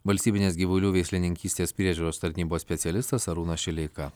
valstybinės gyvulių veislininkystės priežiūros tarnybos specialistas arūnas šileika